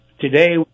today